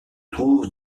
trouve